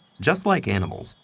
just like animals,